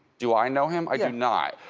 do i know him, i do not.